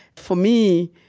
for me,